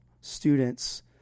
students